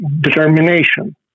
determination